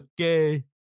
Okay